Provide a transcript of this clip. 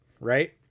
right